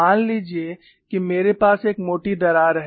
मान लीजिए कि मेरे पास एक मोटी दरार है